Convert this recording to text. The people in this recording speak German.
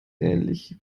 ähnlich